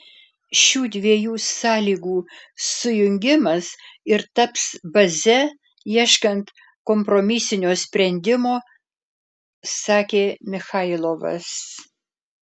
šių dviejų sąlygų sujungimas ir taps baze ieškant kompromisinio sprendimo sakė michailovas